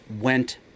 went